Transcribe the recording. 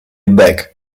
back